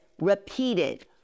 repeated